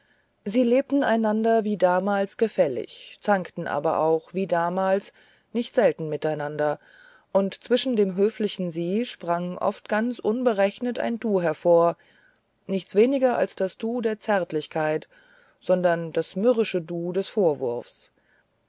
sie lebten einander wie damals gefällig zankten aber auch wie damals nicht selten miteinander und zwischen dem höflichen sie sprang oft ganz unberechnet ein du hervor nichts weniger als das du der zärtlichkeit sondern das mürrische du des vorwurfs